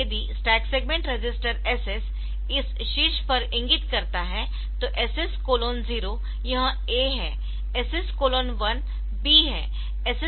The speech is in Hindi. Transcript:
अब यदि स्टैक सेगमेंट रजिस्टर SS इस शीर्ष पर इंगित करता है तो SS 0 यह a है SS 1 b है SS 2 c है